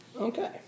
Okay